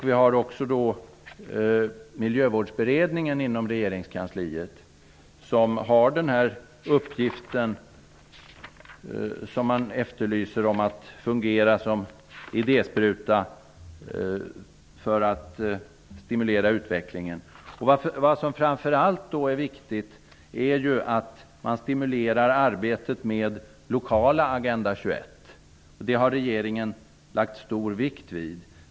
Vi har även Miljövårdsberedningen inom regeringskansliet som har till uppgift att fungera som idéspruta -- som det efterlystes här -- för att stimulera utvecklingen. Vad som framför allt är viktigt är att man stimulerar arbetet med lokala Agend 21. Det har regeringen lagt stor vikt vid.